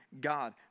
God